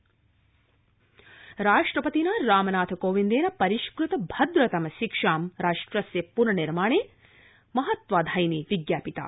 राष्ट्रपति राष्ट्रपतिना रामनाथकोविन्देन परिष्कृत भद्रतम शिक्षां राष्ट्रस्य पुनर्निर्माणे महत्वाधायिनी विज्ञापिता